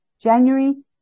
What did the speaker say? January